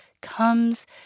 comes